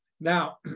Now